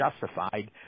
justified